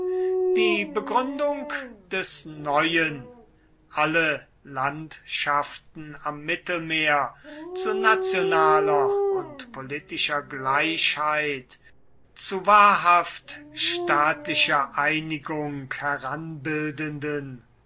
die begründung des neuen alle landschaften am mittelmeer zu nationaler und politischer gleichheit zu wahrhaft staatlicher einigung